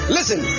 Listen